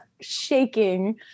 shaking